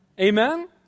Amen